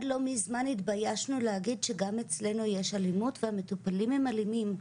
לא מזמן התביישנו להגיד שגם אצלנו יש אלימות ומטופלים הם אלימים,